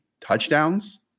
touchdowns